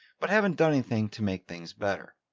but haven't done anything to make things better.